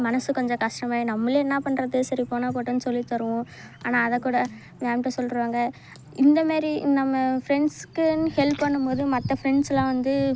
மனசு கொஞ்சம் கஷ்டமாகிடும் நம்மளே என்ன பண்ணுறது சரி போனல் போட்டுன்னு சொல்லித் தருவோம் ஆனால் அதை கூட மேம்கிட்ட சொல்லிறுவாங்க இந்த மாதிரி நம்ம ஃப்ரெண்ட்ஸ்க்குன் ஹெல்ப் பண்ணும் போது மற்ற ஃப்ரெண்ட்ஸ்லாம் வந்து